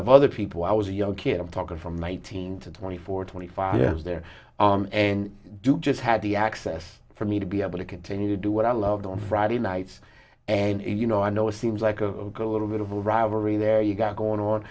of other people i was a young kid i'm talking from eighteen to twenty four twenty five years there and do just had the access for me to be able to continue to do what i loved on friday nights and you know i know it seems like a little bit of a rivalry there you got going on